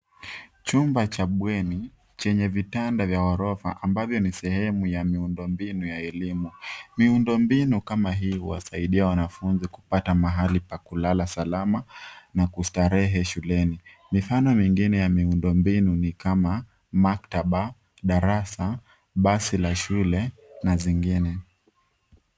Chumba cha bweni chenye vitanda vya orofa ambavyo ni sehemu ya miundo mbinu ya elimu. Miundo mbinu kama hii huwasaidia wanafunzi kupata mahali pa kulala salama na kustarehe shuleni. Midhana mingine ya miundo mbinu ni kama maktaaba, darasa, basi la shule au zingine.